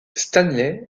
stanley